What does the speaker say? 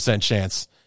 chance